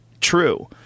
true